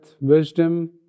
wisdom